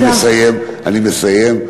אני מסיים, אני מסיים.